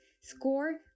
SCORE